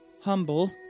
humble